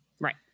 Right